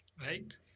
right